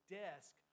desk